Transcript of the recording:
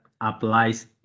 applies